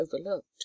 overlooked